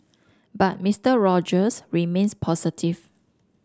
but Mister Rogers remains positive